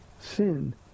sin